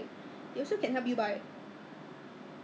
at first I thought of buying because I miss that 黄莉稣